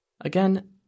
again